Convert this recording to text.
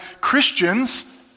Christians